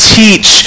teach